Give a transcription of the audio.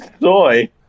soy